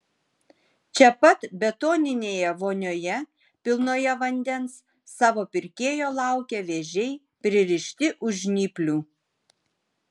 čia pat betoninėje vonioje pilnoje vandens savo pirkėjo laukia vėžiai pririšti už žnyplių